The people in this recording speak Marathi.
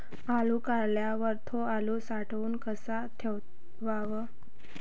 आलू काढल्यावर थो आलू साठवून कसा ठेवाव?